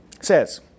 says